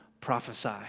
prophesy